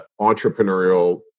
entrepreneurial